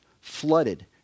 flooded